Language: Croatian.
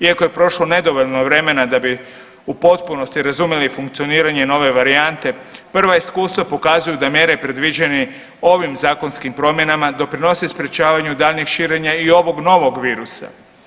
Iako je prošlo nedovoljno vremena da bi u potpunosti razumjeli funkcioniranje nove varijante prva iskustava pokazuju da mjere predviđene ovim zakonskim promjenama doprinose sprječavanju daljnjeg širenja i ovog novog virusa.